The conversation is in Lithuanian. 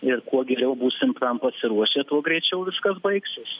ir kuo geriau būsim tam pasiruošę tuo greičiau viskas baigsis